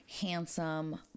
handsome